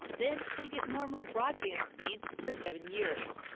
then they get normal broadband speeds for seven years.